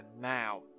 now